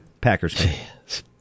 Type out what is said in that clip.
Packers